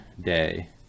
day